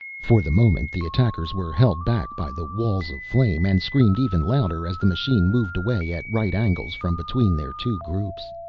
for the moment the attackers were held back by the walls of flame and screamed even louder as the machine moved away at right angles from between their two groups.